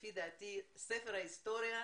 שלפי דעתי ספר ההיסטוריה,